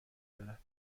دارد